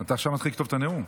אתה מתחיל לכתוב עכשיו את הנאום?